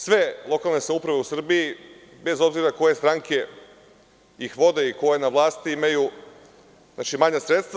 Sve lokalne samouprave u Srbiji, bez obzira koje stranke ih vode i ko je na vlasti, imaju manja sredstva.